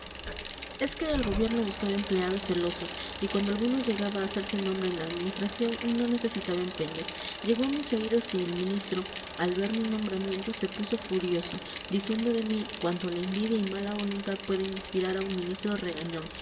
es que el gobierno buscaba empleados celosos y cuando alguno llegaba a hacerse nombre en la administración no necesitaba empeños llegó a mis oídos que el ministro al ver mi nombramiento se puso furioso diciendo de mí cuanto la envidia y mala voluntad pueden inspirar a un ministro regañón